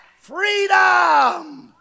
freedom